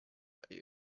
about